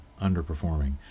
underperforming